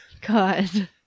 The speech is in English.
god